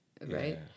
right